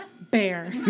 bear